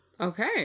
Okay